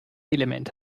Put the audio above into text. element